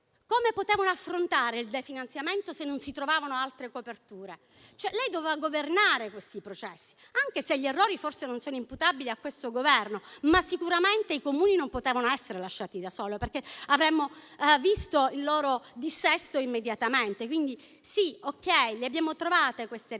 potuto affrontare il definanziamento, senza trovare altre coperture? Lei doveva governare questi processi. Anche se gli errori forse non sono imputabili a questo Governo, sicuramente i Comuni non potevano essere lasciati da soli, perché avremmo visto il loro dissesto immediatamente. Va bene quindi che abbiamo trovato le risorse,